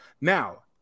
now